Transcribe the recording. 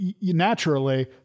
Naturally